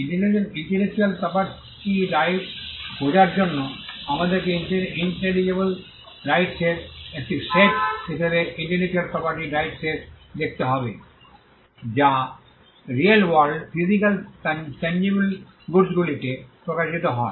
intellectual প্রপার্টির rights বোঝার জন্য আমাদেরকে ইন্ট্যাঞ্জিবলে রাইটস এর একটি সেট হিসাবে ইন্টেলেকচুয়াল প্রপার্টির রাইটস এর দেখতে হবে যা রিয়েল ওয়ার্ল্ড ফিজিক্যাল তাঞ্জিবলে গুডসগুলিতে প্রকাশিত হয়